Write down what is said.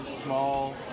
small